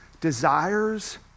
desires